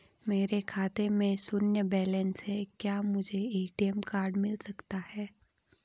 मेरे खाते में शून्य बैलेंस है क्या मुझे ए.टी.एम कार्ड मिल सकता है?